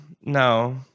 no